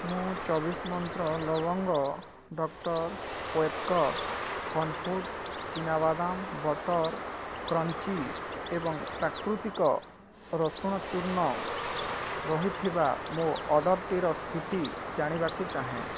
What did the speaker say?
ମୁଁ ଚବିଶି ମନ୍ତ୍ର ଲବଙ୍ଗ ଡକ୍ଟର୍ ଓଏତ୍କର ଫନ୍ଫୁଡ଼୍ସ୍ ଚିନା ବାଦାମ ବଟର୍ କ୍ରଞ୍ଚି ଏବଂ ପ୍ରାକୃତିକ ରସୁଣ ଚୂର୍ଣ୍ଣ ରହିଥିବା ମୋ ଅର୍ଡ଼ର୍ଟିର ସ୍ଥିତି ଜାଣିବାକୁ ଚାହେଁ